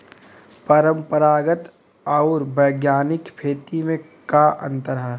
परंपरागत आऊर वैज्ञानिक खेती में का अंतर ह?